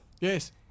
Yes